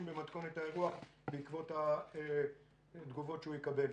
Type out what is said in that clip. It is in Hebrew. במתכונת האירוח בעקבות התגובות שהוא יקבל.